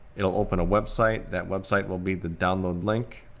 it'll open a website. that website will be the download link.